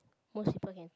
most people can take